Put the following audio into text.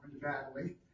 badly